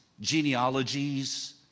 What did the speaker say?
genealogies